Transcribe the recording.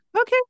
okay